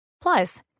Plus